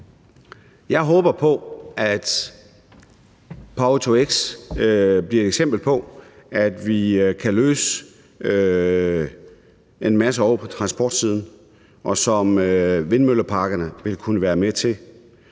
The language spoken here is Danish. Jeg håber på, at power-to-x bliver et eksempel på, at vi kan løse en masse ovre på transportsiden, og som vindmølleparkerne vil kunne være med til.